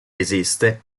esiste